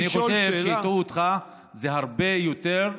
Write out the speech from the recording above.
לא, אני חושב שהטעו אותך, זה הרבה יותר,